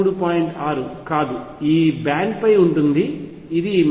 6 కాదు ఇది ఈ బ్యాండ్ పై ఉంది ఇది 13